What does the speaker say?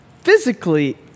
physically